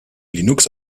linux